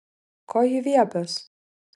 ko ji viepias